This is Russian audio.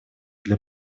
для